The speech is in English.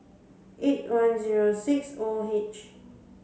eight one zero six O H